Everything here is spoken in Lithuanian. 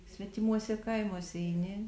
svetimuose kaimuose eini